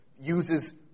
uses